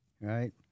right